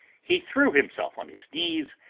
he threw himself on his knees,